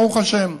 ברוך השם,